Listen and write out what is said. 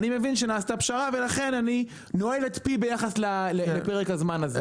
אני מבין שנעשתה פשרה ולכן אני נועל את פי ביחס לפרק הזמן הזה.